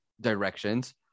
directions